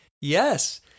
Yes